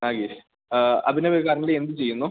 Abhinav currently എന്ത് ചെയ്യുന്നു